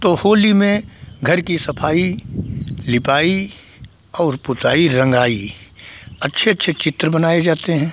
तो होली में घर की सफाई लिपाई और पुताई रंगाई अच्छे अच्छे चित्र बनाए जाते हैं